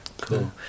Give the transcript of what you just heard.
cool